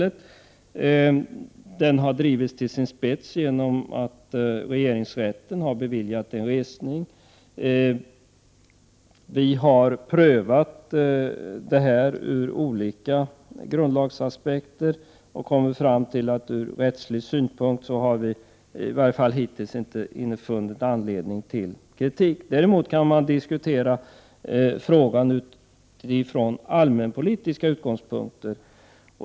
Frågan har drivits till sin spets genom att regeringsrätten har beviljat resning. Vi har gjort en prövning från olika grundlagsmässiga aspekter. Men i varje fall hittills har vi inte ur rättslig synpunkt kunnat finna någon anledning till kritik. Däremot kan frågan diskuteras utifrån allmänpolitiska utgångspunkter.